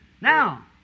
Now